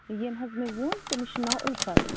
ییٚمۍ حظ مےٚ ووٚن تٔمِس چھُ ناو اُلفت